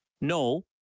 No